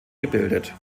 gebildet